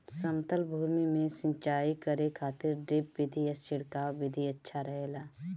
समतल भूमि में सिंचाई करे खातिर ड्रिप विधि या छिड़काव विधि अच्छा रहेला?